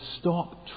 stop